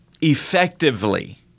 effectively